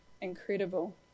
incredible